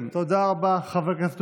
אז כדאי מאוד וחשוב,